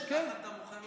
ככה אתה מוכר להם את זה.